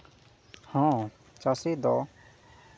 ᱦᱚᱸ ᱪᱟᱹᱥᱤ ᱫᱚ